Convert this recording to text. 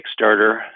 Kickstarter